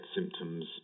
symptoms